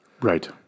right